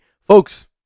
Folks